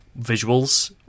visuals